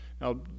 Now